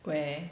where